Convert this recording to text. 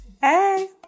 Hey